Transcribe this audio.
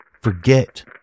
forget